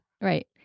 right